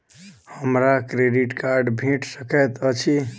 हमरा credit card भेट सकैत अछि?